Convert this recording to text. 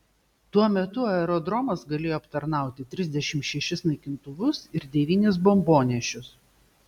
tuo metu aerodromas galėjo aptarnauti trisdešimt šešis naikintuvus ir devynis bombonešius